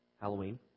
Halloween